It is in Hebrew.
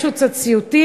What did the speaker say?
יש עוד קצת סיוטים,